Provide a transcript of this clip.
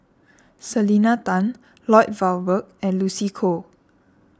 Selena Tan Lloyd Valberg and Lucy Koh